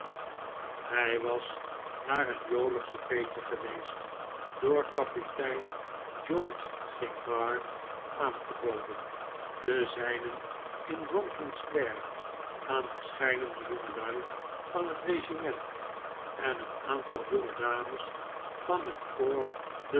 hij was naar een jolig soupeetje geweest door kapitein george cinqbars aangeboden te zijnent in brompton square aan verscheidene jongelui van het regiment en een aantal jonge dames van het